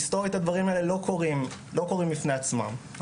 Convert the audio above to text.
מבחינה היסטורית, הדברים הלא לא קורים בפני עצמם.